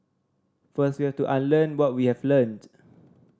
first we have to unlearn what we have learnt